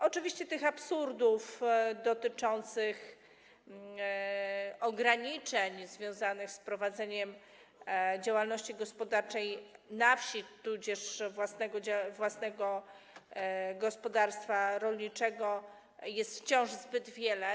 Oczywiście tych absurdów dotyczących ograniczeń związanych z prowadzeniem działalności gospodarczej na wsi tudzież własnego gospodarstwa rolniczego jest wciąż zbyt wiele.